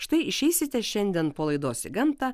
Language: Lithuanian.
štai išeisite šiandien po laidos gamtą